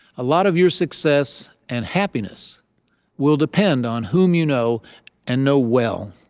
a lot of your success and happiness will depend on whom you know and know well.